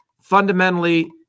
fundamentally